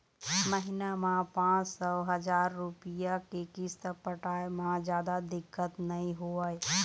महिना म पाँच सौ, हजार रूपिया के किस्त पटाए म जादा दिक्कत नइ होवय